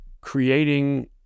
creating